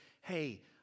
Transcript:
hey